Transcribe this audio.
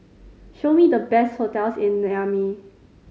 show me the best hotels in Niamey